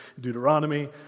Deuteronomy